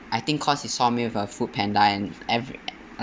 I think cause he saw me with a foodpanda and every